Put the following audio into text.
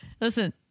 listen